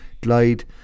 Glide